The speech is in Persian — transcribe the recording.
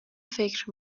فکر